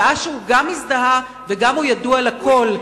שעה שהוא גם הזדהה וגם הוא ידוע לכול,